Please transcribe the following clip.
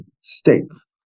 states